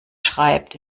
schreibt